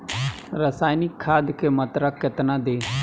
रसायनिक खाद के मात्रा केतना दी?